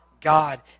God